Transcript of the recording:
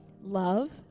love